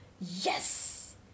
Yes